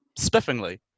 spiffingly